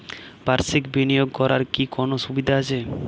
বাষির্ক বিনিয়োগ করার কি কোনো সুবিধা আছে?